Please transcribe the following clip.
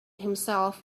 himself